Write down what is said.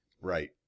Right